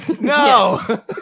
No